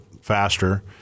faster